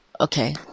Okay